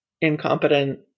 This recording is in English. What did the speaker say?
incompetent